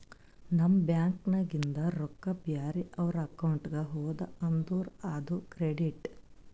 ನಮ್ ಬ್ಯಾಂಕ್ ನಾಗಿಂದ್ ರೊಕ್ಕಾ ಬ್ಯಾರೆ ಅವ್ರ ಅಕೌಂಟ್ಗ ಹೋದು ಅಂದುರ್ ಅದು ಕ್ರೆಡಿಟ್